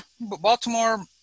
Baltimore